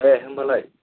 दे होमबालाय